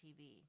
TV